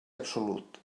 absolut